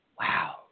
wow